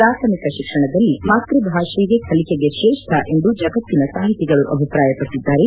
ಪ್ರಾಥಮಿಕ ಶಿಕ್ಷಣದಲ್ಲಿ ಮಾತೃ ಭಾಷೆಯೇ ಕಲಿಕೆಗೆ ತ್ರೇಷ್ಠ ಎಂದು ಜಗತ್ತಿನ ಸಾಹಿತಿಗಳು ಅಭಿಪ್ರಾಯಪಟ್ಟದ್ದಾರೆ